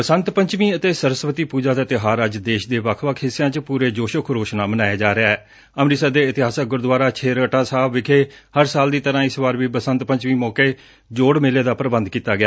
ਬਸੰਤ ਪੰਚਮੀ ਅਤੇ ਸਰਸਵਤੀ ਪੁਜਾ ਦਾ ਤਿਉਹਾਰ ਅੱਜ ਦੇਸ਼ ਦੇ ਵੱਖ ਵੱਖ ਹਿੱਸਿਆਂ ਚ ਪੁਰੇ ਜ਼ੋਸ਼ੋ ਖਰੋਸ਼ ਨਾਲ ਮਨਾਇਆ ਜਾ ਅੰਮ੍ਰਿਤਸਰ ਦੇ ਇਤਿਹਾਸਿਕ ਗੁਰੁਦਵਾਰਾ ਛੇਹਰਟਾ ਸਾਹਿਬ ਵਿਖੇ ਹਰ ਸਾਲ ਦੀ ਤਰ੍ਹਾਂ ਇਸ ਵਾਰ ਵੀ ਬਸੰਤ ਪੰਚਮੀ ਮੌਕੇ ਜੋੜ ਮੇਲੇ ਦਾ ਪੁਬੰਧ ਕੀਤਾ ਗਿਆ